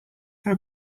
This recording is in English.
how